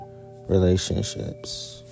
relationships